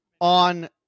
on